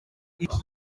iki